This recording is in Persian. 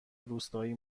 روستایی